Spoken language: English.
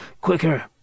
Quicker